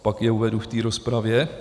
Pak je uvedu v rozpravě.